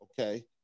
okay